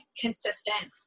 consistent